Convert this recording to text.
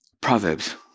Proverbs